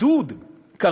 על עידוד "כריש-תנין"